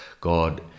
God